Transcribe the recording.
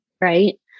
right